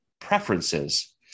preferences